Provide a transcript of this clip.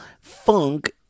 funk